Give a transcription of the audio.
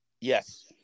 Yes